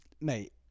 mate